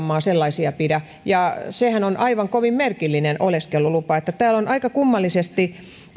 maa sellaisia pidä sehän on aivan kovin merkillinen oleskelulupa täällä on aika kummallisesti